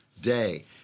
day